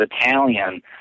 Italian